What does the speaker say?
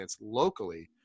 locally